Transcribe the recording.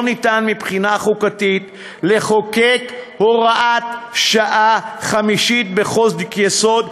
ניתן מבחינה חוקתית לחוקק הוראת שעה חמישית בחוק-יסוד,